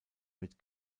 mit